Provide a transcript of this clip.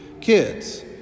kids